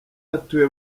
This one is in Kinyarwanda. atuye